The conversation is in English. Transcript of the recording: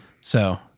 So-